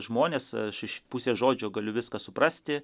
žmonės aš iš pusės žodžio galiu viską suprasti